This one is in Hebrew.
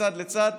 מצד לצד,